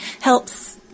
helps